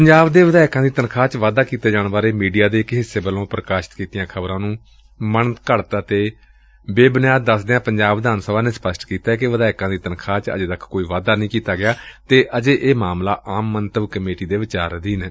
ਪੰਜਾਬ ਦੇ ਵਿਧਾਇਕਾਂ ਦੀ ਤਨਖਾਹ ਵਿੱਚ ਵਾਧਾ ਕੀਤੇ ਜਾਣ ਬਾਰੇ ਮੀਡੀਆ ਦੇ ਇਕ ਹਿੱਸੇ ਵੱਲੋਂ ਪ੍ਕਾਸ਼ਿਤ ਕੀਤੀਆਂ ਜਾ ਰਹੀਆਂ ਖ਼ਬਰਾਂ ਨੂੰ ਮਨਘੜਤ ਤੇ ਆਧਾਰਹੀਣ ਦਸਦਿਆਂ ਪੰਜਾਬ ਵਿਧਾਨ ਸਭਾ ਨੇ ਸਪੱਸ਼ਟ ਕੀਤੈ ਕਿ ਵਿਧਾਇਕਾਂ ਦੀ ਤਨਖਾਹ ਵਿੱਚ ਅਜੇ ਤੱਕ ਕੋਈ ਵਾਧਾ ਨਹੀਂ ਕੀਤਾ ਗਿਆ ਅਤੇ ਇਹ ਮਾਮਲਾ ਅਜੇ ਆਮ ਮੰਤਵ ਕਮੇਟੀ ਦੇ ਵਿਚਾਰ ਅਧੀਨ ਏ